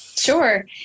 Sure